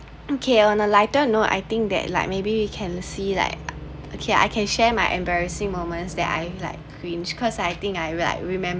okay on a lighter note I think that like maybe we can see like okay I can share my embarrassing moments that I like cringe because I think I like I remember